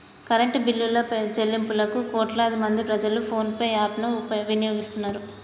current బిల్లుల చెల్లింపులకు కోట్లాది మంది ప్రజలు ఫోన్ పే యాప్ ను వినియోగిస్తున్నరు